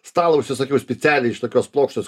stalą užsisakiau specialiai iš tokios plokštės